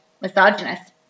misogynist